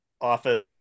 office